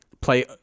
play